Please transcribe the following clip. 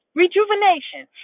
rejuvenation